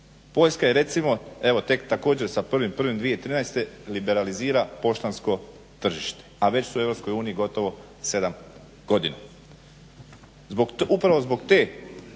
Poljska je recimo tek također sa 1.1.2013. liberalizira poštansko tržište, a već su u Europskoj uniji gotovo 7 godina. Upravo zbog te